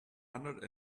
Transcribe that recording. hundred